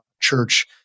church